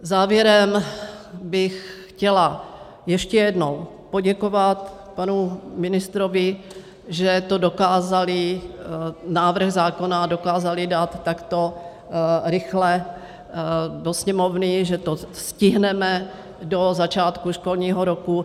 Závěrem bych chtěla ještě jednou poděkovat panu ministrovi, že to dokázali, návrh zákona dokázali dát takto rychle do Sněmovny, že to stihneme do začátku školního roku.